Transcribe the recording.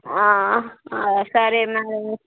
సరే మేడం